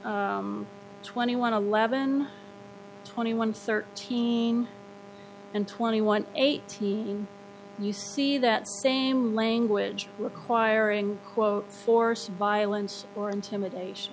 twenty one eleven twenty one thirteen and twenty one eighteen you see that same language requiring quote force violence or intimidation